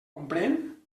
comprèn